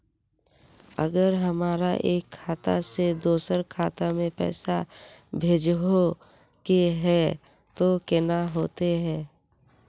अगर हमरा एक खाता से दोसर खाता में पैसा भेजोहो के है तो केना होते है?